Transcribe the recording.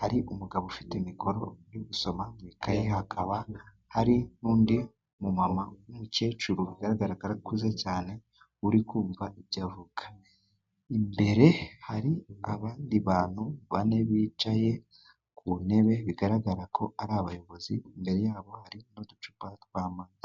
hari umugabo ufite mikoro uri gusoma mu ikaye, hakaba hari n'undi mumama w'umukecuru bigaragara ko akuze cyane, uri kumva ibyo avuga. Imbere hari abandi bantu bane bicaye ku ntebe, bigaragara ko ari abayobozi, imbere yabo hari n'uducupa tw'amata.